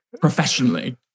professionally